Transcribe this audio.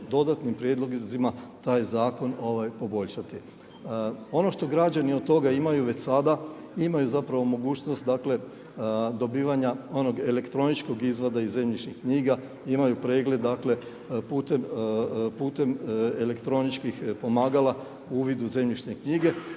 dodanim prijedlozima taj zakon poboljšati. Ono što građani od toga imaju već sada, imaju mogućnost dobivanja onog elektroničkog izvada iz zemljišnih knjiga, imaju pregled putem elektroničkih pomagala uvid u zemljišne knjige